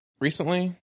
recently